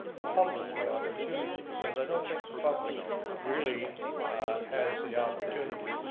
the public the opportunity. because i don't think the public really has the opportunity.